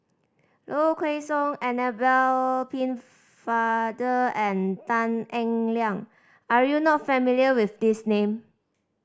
Low Kway Song Annabel Pennefather and Tan Eng Liang are you not familiar with these name